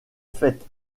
fête